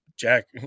Jack